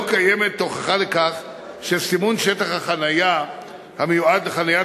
לא קיימת הוכחה לכך שסימון שטח החנייה המיועד לחניית